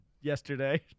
yesterday